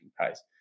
pace